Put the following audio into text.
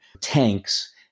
tanks